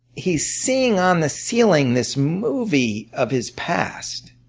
he's seeing on the ceiling this movie of his past.